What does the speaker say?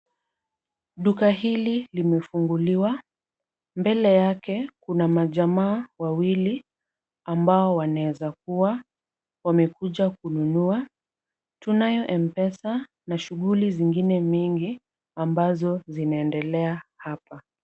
Duka hili limefunguliwa, mbele yake, kuna majamaa wawili ambao wanaweza kuwa wamekuja kununua tunayo M-Pesa na shughuli zingine nyingi ambazo zinaendelea hapa.